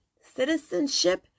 citizenship